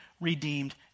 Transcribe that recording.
redeemed